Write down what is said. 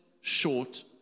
short